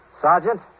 Sergeant